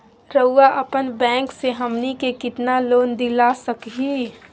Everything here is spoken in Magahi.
रउरा अपन बैंक से हमनी के कितना लोन दिला सकही?